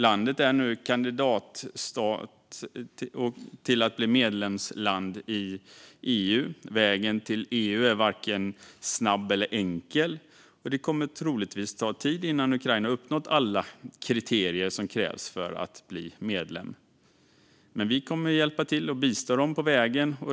Landet är nu kandidat till att bli medlemsland i EU. Vägen till EU är varken snabb eller enkel. Det kommer troligtvis att ta tid innan Ukraina uppnått alla kriterier som krävs för att bli medlem. Men vi kommer att hjälpa till och bistå dem på vägen.